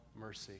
mercy